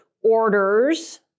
orders